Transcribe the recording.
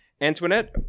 Antoinette